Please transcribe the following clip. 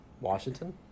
Washington